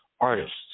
artists